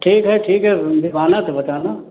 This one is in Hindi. ठीक है ठीक है जब आना तो बताना